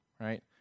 Right